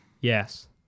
Yes